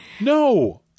No